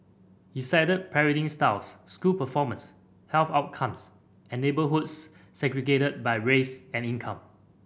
he cited parenting styles school performance health outcomes and neighbourhoods segregated by race and income